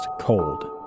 Cold